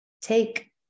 take